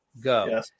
go